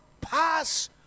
pass